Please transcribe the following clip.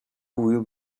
will